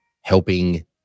helping